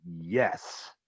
yes